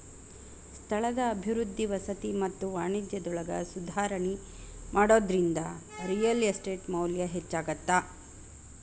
ಸ್ಥಳದ ಅಭಿವೃದ್ಧಿ ವಸತಿ ಮತ್ತ ವಾಣಿಜ್ಯದೊಳಗ ಸುಧಾರಣಿ ಮಾಡೋದ್ರಿಂದ ರಿಯಲ್ ಎಸ್ಟೇಟ್ ಮೌಲ್ಯ ಹೆಚ್ಚಾಗತ್ತ